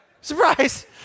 Surprise